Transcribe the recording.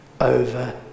over